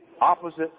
opposite